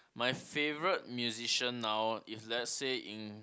my favourite musician now if let say in